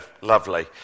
Lovely